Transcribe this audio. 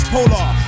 Polar